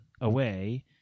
away